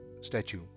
statue